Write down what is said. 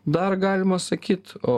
dar galima sakyti o